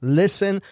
listen